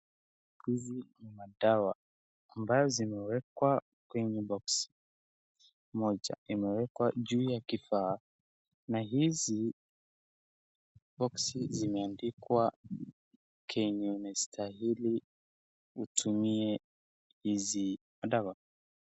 Hizi ni madawa ambayo zimewekwa kwenye boksi . Moja imewekwa juu ya kifaa na hizi boksi zimeandikwa kenye unastahili utumie hizi dawa.